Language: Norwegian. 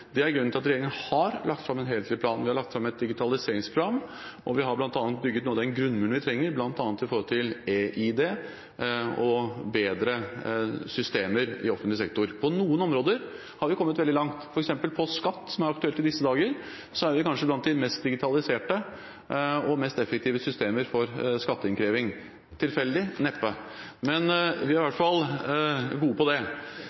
Det er grunnen til at regjeringen har lagt fram en helhetlig plan – vi har lagt fram en digitaliseringsplan, og vi har bygget noe av den grunnmuren vi trenger, bl.a. når det gjelder e-ID og bedre systemer i offentlig sektor. På noen områder har vi kommet veldig langt. For eksempel på skatt, som er aktuelt i disse dager, er vi kanskje blant de mest digitaliserte og har de mest effektive systemer for skatteinnkreving. Tilfeldig? Neppe. Men vi er i hvert fall gode på det.